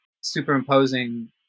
superimposing